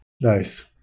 Nice